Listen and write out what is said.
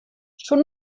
schon